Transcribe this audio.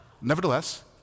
Nevertheless